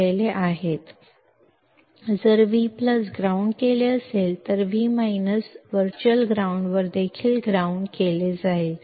V V ಅನ್ನು ground ಮಾಡಿದರೆ V ಕೂಡ ವರ್ಚುವಲ್ ಗ್ರೌಂಡ್ನಲ್ಲಿ ಗ್ರೌಂಡ್ ಆಗಿರುತ್ತದೆ